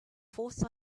force